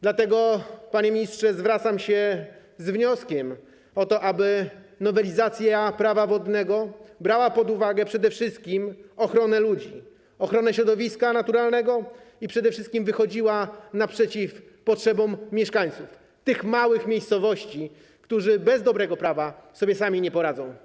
Dlatego, panie ministrze, zwracam się z wnioskiem o to, aby w nowelizacji Prawa wodnego brano pod uwagę przede wszystkim ochronę ludzi, ochronę środowiska naturalnego i przede wszystkim wychodzono naprzeciw potrzebom mieszkańców małych miejscowości, którzy bez dobrego prawa sobie sami nie poradzą.